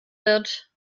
wird